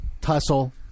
tussle